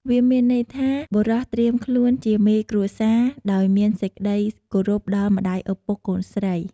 វាមានន័យថាបុរសត្រៀមខ្លួនជាមេគ្រួសារ ដោយមានសេចក្ដីគោរពដល់ម្ដាយឪពុកកូនស្រី។